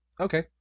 Okay